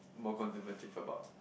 more conservative about